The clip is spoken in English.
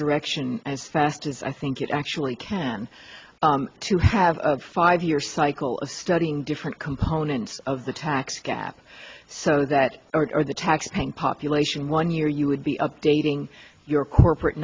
direction as fast as i think it actually can to have a five year cycle of studying different components of the tax gap so that the taxpaying population one year you would be updating your corporate